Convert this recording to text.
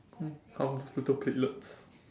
oh harm these little platelets